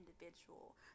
individual